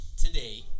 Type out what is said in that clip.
today